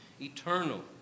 eternal